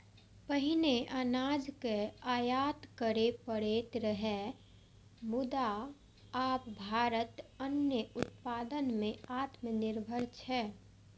पहिने अनाजक आयात करय पड़ैत रहै, मुदा आब भारत अन्न उत्पादन मे आत्मनिर्भर छै